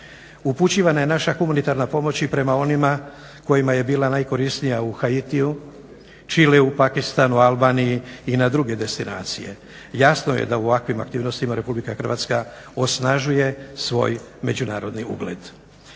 Upućivana je naša humanitarna pomoć i prema onima kojima je bila najkorisnija u Haitiju, Čileu, Pakistanu, Albaniji i na druge destinacije. Jasno je da u ovakvim aktivnostima RH osnažuje svoj međunarodni ugled.